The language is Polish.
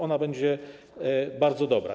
Ona będzie bardzo dobra.